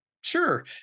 Sure